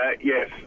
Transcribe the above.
Yes